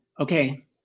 Okay